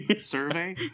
survey